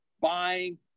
buying